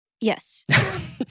Yes